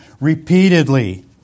repeatedly